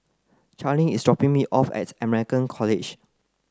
Charleen is dropping me off at American College